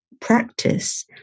practice